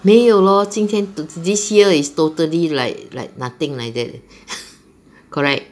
没有 lor 今天 this year is totally like like nothing like that correct